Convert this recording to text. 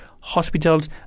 hospitals